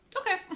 Okay